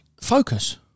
Focus